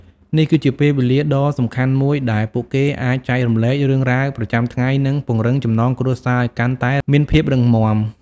នេះគឺជាពេលវេលាដ៏សំខាន់មួយដែលពួកគេអាចចែករំលែករឿងរ៉ាវប្រចាំថ្ងៃនិងពង្រឹងចំណងគ្រួសារឲ្យកាន់តែមានភាពរឹងមាំ។